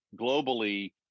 globally